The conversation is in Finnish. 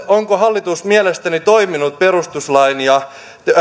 onko hallitus mielestänne toiminut perustuslain ja